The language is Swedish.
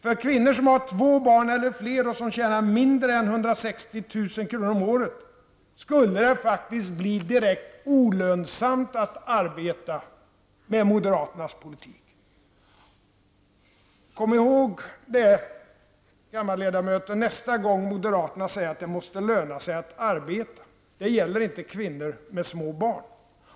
För kvinnor som har två barn eller fler och som tjänar mindre än 160 000 kronor om året skulle det med moderaternas politik faktiskt bli direkt olönsamt att arbeta. Kom ihåg det, kammarledamöter, nästa gång moderaterna säger att det måste löna sig att arbeta! Det gäller inte kvinnor med små barn.